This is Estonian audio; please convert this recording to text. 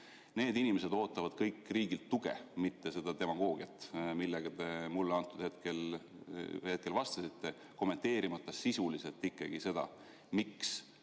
Need inimesed ootavad kõik riigilt tuge, mitte seda demagoogiat, millega te mulle praegu vastasite, kommenteerimata sisuliselt ikkagi seda, miks